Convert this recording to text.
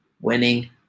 winning